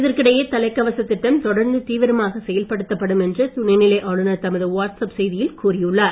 இதற்கிடையில் தலைக்கவசத் திட்டம் தொடர்ந்து தீவிரமாக செயல்படுத்தப்படும் என்று துணைநிலை ஆளுநர் தமது வாட்ஸ்அப் செய்தியில் கூறியுள்ளார்